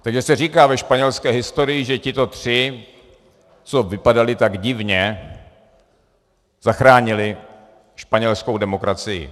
Takže se říká ve španělské historii, že tito tři, co vypadali tak divně, zachránili španělskou demokracii.